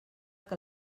que